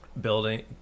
building